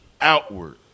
outward